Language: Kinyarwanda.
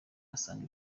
asanga